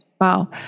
Wow